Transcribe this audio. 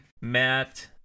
Matt